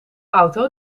auto